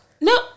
No